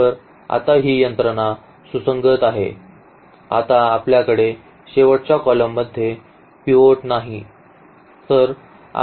तर आता ही यंत्रणा सुसंगत आहे आता आपल्याकडे शेवटच्या कॉलममध्ये पिव्होट नाही